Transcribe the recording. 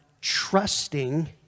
trusting